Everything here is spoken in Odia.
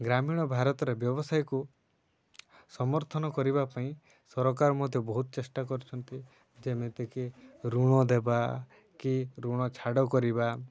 ଗ୍ରାମୀଣ ଭାରତରେ ବ୍ୟବସାୟକୁ ସମର୍ଥନ କରିବା ପାଇଁ ସରକାର ମଧ୍ୟ ବହୁତ ଚେଷ୍ଟା କରୁଛନ୍ତି ଯେମିତିକି ଋଣ ଦେବା କି ଋଣ ଛାଡ଼ କରିବା